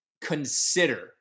consider